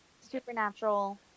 Supernatural